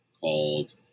called